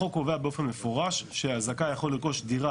החוק קובע באופן מפורש שהזכאי יכול לרכוש דירה